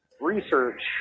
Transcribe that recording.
research